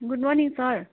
good morning sir